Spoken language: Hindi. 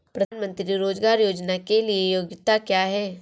प्रधानमंत्री रोज़गार योजना के लिए योग्यता क्या है?